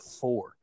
four